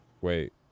Wait